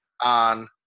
on